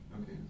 Okay